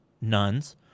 nuns